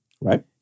right